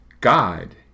God